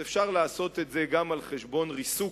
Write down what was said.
אז אפשר לעשות את זה גם על חשבון ריסוק